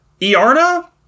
Iarna